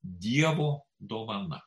dievo dovana